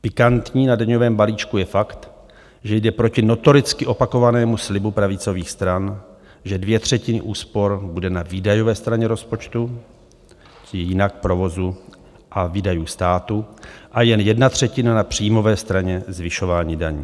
Pikantní na daňovém balíčku je fakt, že jde proti notoricky opakovanému slibu pravicových stran, že dvě třetiny úspor bude na výdajové straně rozpočtu, je jinak provozu a výdajů státu a jen jedna třetina na příjmové straně zvyšování daní.